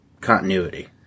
continuity